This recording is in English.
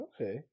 Okay